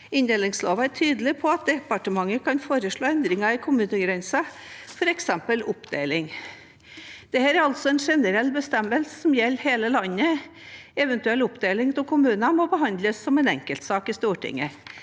Inndelingsloven er tydelig på at departementet kan foreslå endringer i kommunegrenser, f.eks. oppdeling. Dette er altså en generell bestemmelse som gjelder hele landet: Eventuell oppdeling av kommuner må behandles som en enkeltsak i Stortinget.